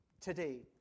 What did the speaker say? today